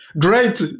great